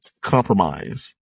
compromise